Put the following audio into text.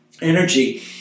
energy